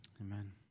Amen